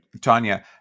Tanya